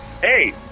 Hey